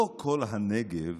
לא כל הנגב